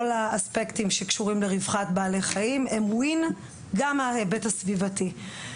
כל האספקטים שקשורים לרווחת בעלי חיים הם win גם מההיבט הסביבתי.